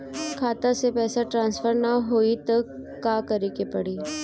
खाता से पैसा ट्रासर्फर न होई त का करे के पड़ी?